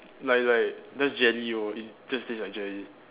like like just jelly lor it just taste like jelly